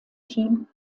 team